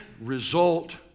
result